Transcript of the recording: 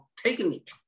technique